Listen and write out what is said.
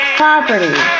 property